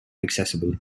accessible